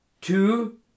two